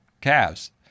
calves